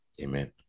Amen